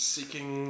Seeking